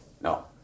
No